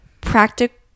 practical